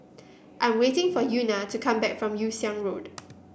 I'm waiting for Euna to come back from Yew Siang Road